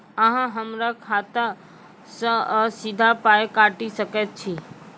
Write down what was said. अहॉ हमरा खाता सअ सीधा पाय काटि सकैत छी?